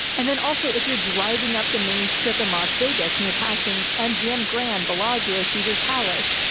and then also, if you're driving up the main strip in las vegas and you're passing mgm grand bellagio, caesar's palace,